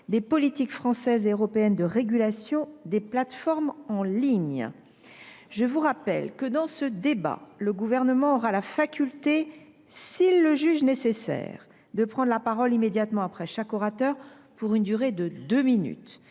des politiques françaises et européennes de régulation des plateformes en ligne ?» Je vous rappelle que, dans ce débat, le Gouvernement aura la faculté, s’il le juge nécessaire, de prendre la parole immédiatement après chaque orateur pour une durée de deux minutes